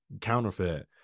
counterfeit